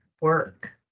work